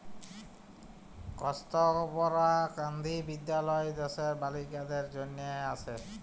কস্তুরবা গান্ধী বিদ্যালয় দ্যাশের বালিকাদের জনহে আসে